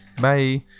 bye